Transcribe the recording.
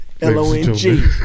L-O-N-G